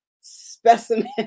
specimen